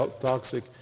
toxic